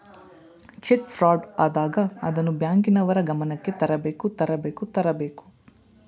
check fraud ಆದಾಗ ಅದನ್ನು ಬ್ಯಾಂಕಿನವರ ಗಮನಕ್ಕೆ ತರಬೇಕು ತರಬೇಕು ತರಬೇಕು